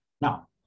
Now